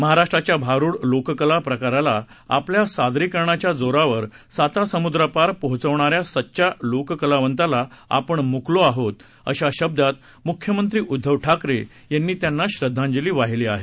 महाराष्ट्राच्या भारूड लोककला प्रकाराला आपल्या सादरीकरणाच्या जोरावर सातासमुद्रापार पोहचवणाऱ्या सच्चा लोककलावंताला आपण मुकलो आहोत अशा शब्दात मुख्यमंत्री उद्दव ठाकरे यांनी त्यांना श्रद्वांजली वाहिली आहे